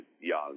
young